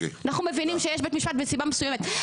אנחנו מבינים שיש בית משפט מסיבה מסוימת,